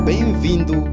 Bem-vindo